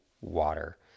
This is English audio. water